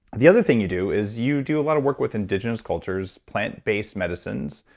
the other thing you do is you do a lot of work with indigenous cultures, plant-based medicines.